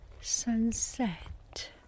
sunset